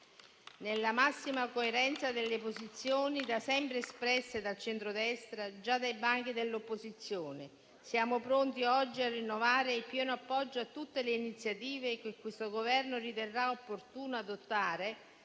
Nella massima coerenza delle posizioni da sempre espresse dal centrodestra, già dai banchi dell'opposizione, siamo pronti oggi a rinnovare il pieno appoggio a tutte le iniziative che questo Governo riterrà opportuno adottare,